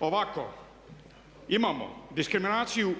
Ovako, imamo diskriminaciju